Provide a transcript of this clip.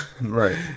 Right